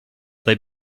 they